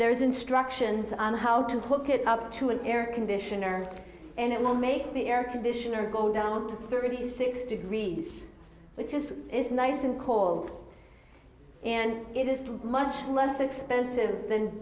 there is instructions on how to hook it up to an air conditioner and it will make the air conditioner go down to thirty six degrees which is is nice and call and it is much less expensive than